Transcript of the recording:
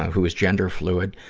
who is gender-fluid,